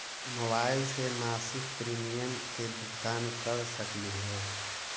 Mobile से मासिक premium के भुगतान कर सकली हे?